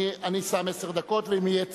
אני שם עשר דקות, ואם יהיה צורך,